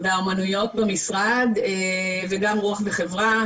והאמנויות במשרד וגם רוח וחברה.